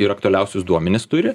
ir aktualiausius duomenis turi